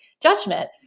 judgment